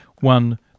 one